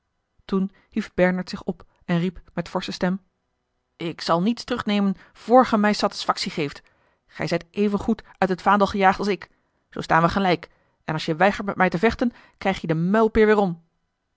toen hief bernard zich op en riep met forsche stem ik zal niets terugnemen voor ge mij satisfactie geeft gij zijt evengoed uit het vaandel gejaagd als ik zoo staan we gelijk en als je weigert met mij te vechten krijg je de muilpeer weêrom